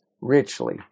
richly